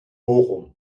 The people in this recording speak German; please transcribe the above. bochum